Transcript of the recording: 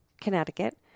Connecticut